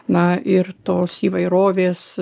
na ir tos įvairovės